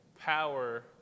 power